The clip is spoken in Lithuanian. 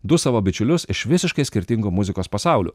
du savo bičiulius iš visiškai skirtingų muzikos pasaulių